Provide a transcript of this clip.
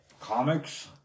Comics